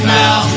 now